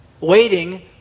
Waiting